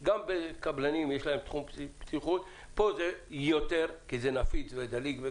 אבל פה זה יותר כי זה נפיץ ודליק.